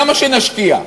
למה שנשקיע?